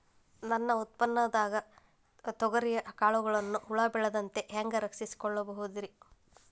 ನನ್ನ ಉತ್ಪನ್ನವಾದ ತೊಗರಿಯ ಕಾಳುಗಳನ್ನ ಹುಳ ಬೇಳದಂತೆ ಹ್ಯಾಂಗ ರಕ್ಷಿಸಿಕೊಳ್ಳಬಹುದರೇ?